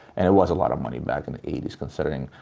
and it was a lot of money back in the eighty s, considering,